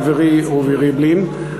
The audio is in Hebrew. חברי רובי ריבלין,